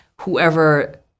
whoever